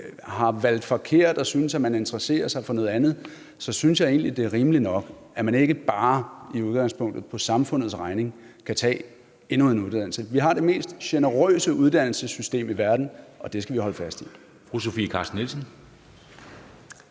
har valgt forkert og synes, at man interesserer sig for noget andet, så synes jeg egentlig, det er rimeligt nok, at man ikke bare i udgangspunktet på samfundets regning kan tage endnu en uddannelse. Vi har det mest generøse uddannelsessystem i verden, og det skal vi holde fast i.